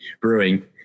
brewing